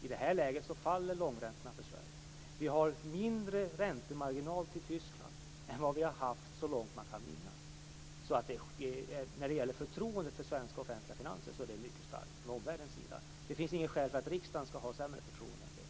I det här läget faller långräntorna i Sverige. Vi har mindre räntemarginal till Tyskland än vad vi haft så långt man kan minnas. Förtroendet för de svenska finanserna är mycket stort från omvärldens sida. Det finns inget skäl för riksdagen att ha ett sämre förtroende.